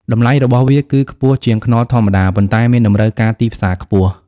តម្លៃរបស់វាគឺខ្ពស់ជាងខ្នុរធម្មតា ប៉ុន្តែមានតម្រូវការទីផ្សារខ្ពស់។